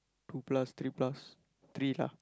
two plus three plus three lah